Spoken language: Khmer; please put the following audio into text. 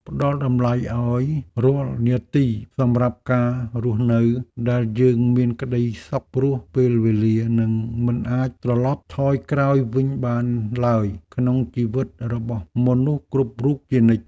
ផ្ដល់តម្លៃឱ្យរាល់នាទីសម្រាប់ការរស់នៅដែលយើងមានក្ដីសុខព្រោះពេលវេលានឹងមិនអាចត្រឡប់ថយក្រោយវិញបានឡើយក្នុងជីវិតរបស់មនុស្សគ្រប់រូបជានិច្ច។